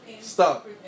Stop